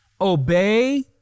Obey